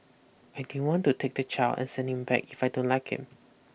I don't want to take the child and send him back if I don't like him